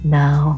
now